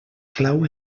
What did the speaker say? clau